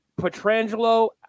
Petrangelo